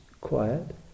quiet